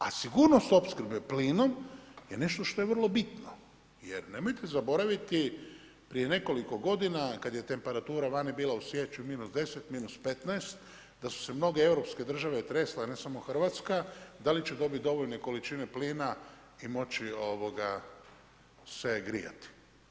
A sigurnost opskrbe je nešto što je vrlo bitno, jer nemojte zaboraviti prije nekoliko godina kad je temperatura vani bila u siječnju -10, -15 da su se mnoge europske države tresle ne samo Hrvatska da li će dobiti dovoljne količine plina i moći se grijati.